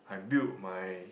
I build my